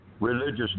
religious